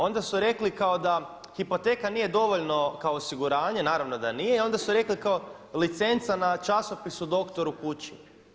Onda su rekli da hipoteka nije dovoljno kao osiguranje, naravno da nije, i onda su rekli kao licenca na časopis Doktor u kući.